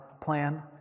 plan